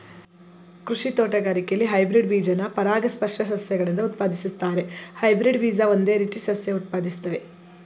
ಕೃಷಿ ತೋಟಗಾರಿಕೆಲಿ ಹೈಬ್ರಿಡ್ ಬೀಜನ ಪರಾಗಸ್ಪರ್ಶ ಸಸ್ಯಗಳಿಂದ ಉತ್ಪಾದಿಸ್ತಾರೆ ಹೈಬ್ರಿಡ್ ಬೀಜ ಒಂದೇ ರೀತಿ ಸಸ್ಯ ಉತ್ಪಾದಿಸ್ತವೆ